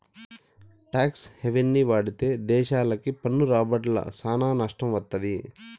talks హెవెన్ని వాడితే దేశాలకి పన్ను రాబడ్ల సానా నట్టం వత్తది